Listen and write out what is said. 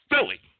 Philly